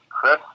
Chris